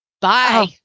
bye